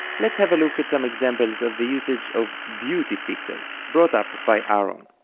let's have a look at some examples of the usage of beauty fictas brought up by aaron.